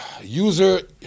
User